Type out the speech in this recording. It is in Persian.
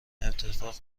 اتفاق